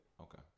Okay